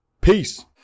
Peace